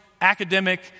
academic